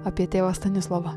apie tėvą stanislovą